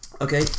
okay